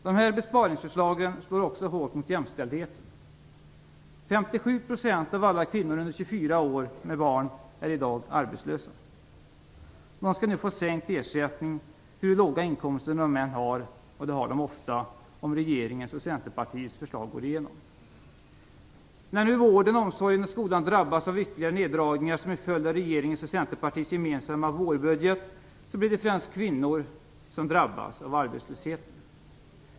De här besparingsförslagen slår också hårt mot jämställdheten. 57 % av alla kvinnor under 24 år med barn är i dag arbetslösa. De skall nu få sänkt ersättning oavsett hur låga inkomster de än har, och det har de ofta, om regeringens och Centerpartiets förslag går igenom. När nu vården, omsorgen och skolan drabbas av ytterligare neddragningar som en följd av regeringens och Centerpartiets gemensamma vårbudget blir det främst kvinnor som drabbas av arbetslösheten.